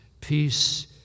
peace